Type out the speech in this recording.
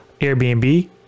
Airbnb